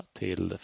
till